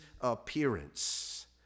appearance